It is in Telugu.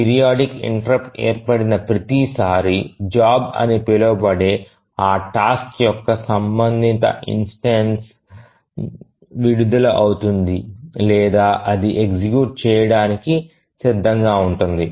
పీరియాడిక్ ఇంటెర్రుప్ట్ ఏర్పడిన ప్రతి సారీ జాబ్ అని పిలువబడే ఆ టాస్క్ యొక్క సంబంధిత ఇన్స్టెన్సు విడుదల అవుతుంది లేదా అది ఎగ్జిక్యూట్ చేయడానికి సిద్ధంగా ఉంటుంది